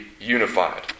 unified